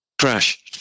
crash